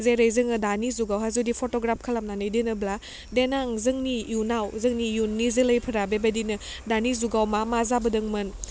जेरै जोङो दानि जुगावहा जुदि फट'ग्राफ खालामनानै दोनोब्ला देनां जोंनि इयुनाव जोंनि इयुननि जोलैफोरा बेबायदिनो दानि जुगाव मा मा जाबोदोंमोन